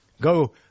Go